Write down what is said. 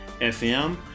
FM